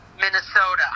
Minnesota